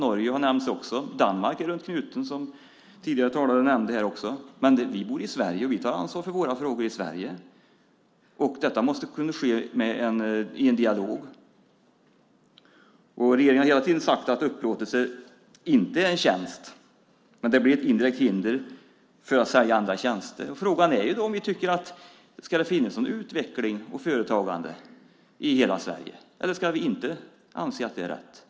Norge har också nämnts. Danmark står runt knuten, som tidigare talare nämnde. Men vi bor i Sverige. Vi tar ansvar för våra frågor i Sverige. Det måste kunna ske i dialog. Regeringen har hela tiden sagt att upplåtelse inte är en tjänst, men det blir ett indirekt hinder för att sälja andra tjänster. Frågan är om vi tycker att det ska finnas utveckling och företagande i hela Sverige. Ska vi anse att det inte är rätt?